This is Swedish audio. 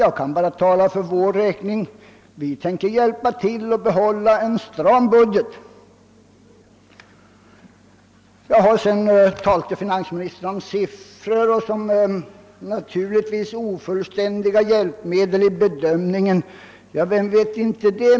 Jag kan bara tala för mitt partis räkning, och vi vill försöka bidra till att hålla en stram budget. Finansministern betonar också att siffror är ofullständiga hjälpmedel vid bedömningen av samhällsekonomiska frågor. Ja, det vet vi alla.